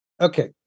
Okay